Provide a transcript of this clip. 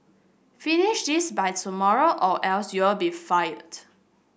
finish this by tomorrow or else you'll be fired